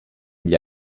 gli